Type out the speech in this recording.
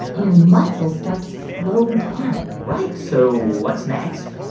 and your muscles start to slow down right. so what's next?